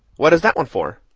what is that one for?